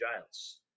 Giles